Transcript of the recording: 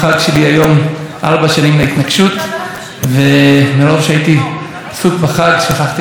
ומרוב שהייתי עסוק בחג שכחתי לציין כמובן שמה שמעיב עליי השנה ביום